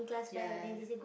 ya ya